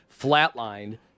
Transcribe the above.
flatlined